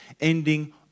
Ending